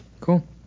Cool